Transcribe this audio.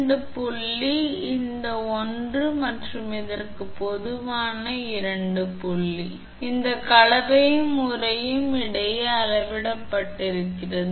அடுத்ததாக அனைத்து 3 கண்டக்டர்களும் ஒன்றாக இணைந்தால் நீங்கள் 1 2 3 அனைத்து கண்டக்டர் யையும் ஒன்றாக இணைக்கிறீர்கள் நீங்கள் அதை சரியாக ஒன்றாக இணைத்து ஒன்றாக இணைத்து கெப்பாசிட்டன்ஸ் இந்த கலவையும் உறையும் இடையே அளவிடப்படுகிறது